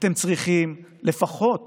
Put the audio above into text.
אתם צריכים לפחות